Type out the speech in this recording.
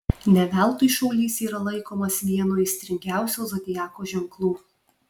ne veltui šaulys yra laikomas vienu aistringiausių zodiako ženklų